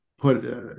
put